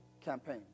campaign